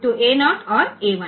तो A0 और A1